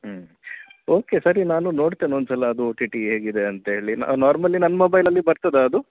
ಹ್ಞೂ ಓಕೆ ಸರಿ ನಾನು ನೋಡ್ತೇನೆ ಒಂದ್ಸಲ ಅದು ಓ ಟಿ ಟಿ ಹೇಗಿದೆ ಅಂಥೇಳಿ ನಾರ್ಮಲಿ ನನ್ನ ಮೊಬೈಲಲ್ಲಿ ಬರ್ತದಾ ಅದು